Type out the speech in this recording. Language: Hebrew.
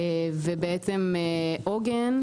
עוגן,